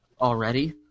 already